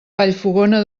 vallfogona